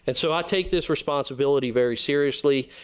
and so i take this responsibility very seriously.